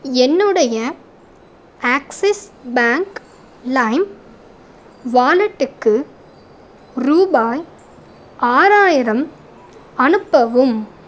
என்னுடைய Axis bank lime வாலெட்டுக்கு ரூபாய் ஆறாயிரம் அனுப்பவும்